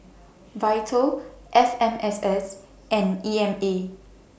Vital F M S S and E M A